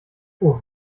puh